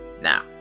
Now